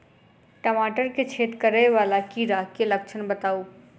टमाटर मे छेद करै वला कीड़ा केँ लक्षण बताउ?